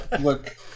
look